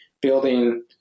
building